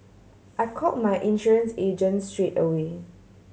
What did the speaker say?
I call my insurance agent straight away